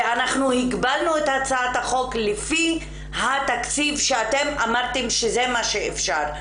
ואנחנו הגבלנו את הצעת החוק לפי התקציב שאתם אמרתם שזה מה שאפשר,